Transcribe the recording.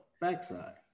backside